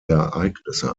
ereignisse